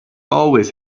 always